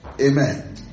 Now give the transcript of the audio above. Amen